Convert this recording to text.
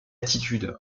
attitude